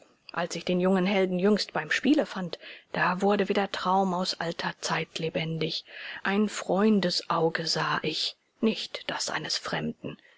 als ich den jungen helden jüngst beim spiele fand da wurde wieder traum aus alter zeit lebendig ein freundesauge sah ich nicht das eines fremden